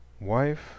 Wife